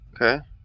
Okay